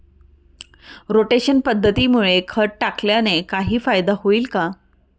Rotation पद्धतीमुळे खत टाकल्याने काही फायदा होईल का?